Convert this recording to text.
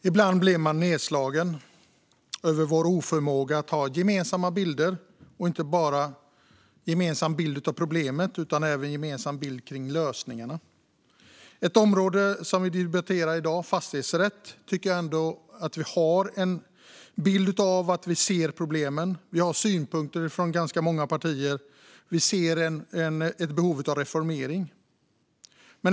Fru talman! Ibland blir man nedslagen över vår oförmåga att ha gemensamma bilder, och inte bara en gemensam bild av problemet utan även en gemensam bild av lösningarna. På det område som vi debatterar i dag, fastighetsrätt, tycker jag ändå att vi har en bild av att vi ser problemen. Vi har synpunkter från ganska många partier. Vi ser ett behov av reformering.